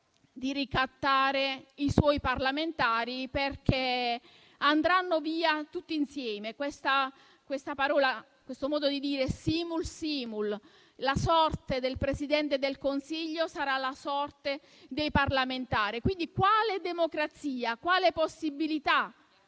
di ricattare i suoi parlamentari perché andranno via tutti insieme. *Simul simul*: la sorte del Presidente del Consiglio sarà la sorte dei parlamentari. Quindi quale democrazia? Quale possibilità